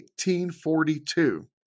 1842